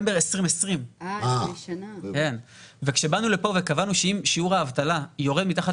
בספטמבר 2020. כשבאנו לפה וקבענו שאם שיעור האבטלה יורד מתחת